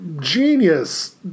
genius